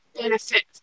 benefit